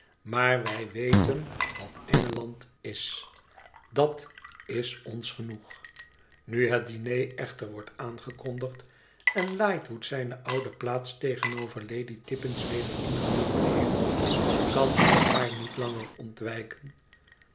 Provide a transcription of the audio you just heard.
maar wij weten wat engeland is dat is ons genoeg nu het diner echter wordt aangekondigd en lightwood zijne oude plaats tegenover lady tippins weder ingenomen heeft kan hij haar niet langer ontwijken